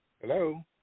Hello